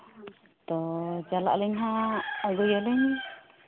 ᱟᱫᱚ ᱪᱟᱞᱟᱜ ᱟᱹᱞᱤᱧ ᱦᱟᱸᱜ ᱟᱹᱜᱩᱭᱟᱞᱤᱧ